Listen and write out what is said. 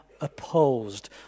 opposed